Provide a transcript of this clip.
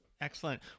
Excellent